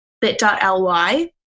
bit.ly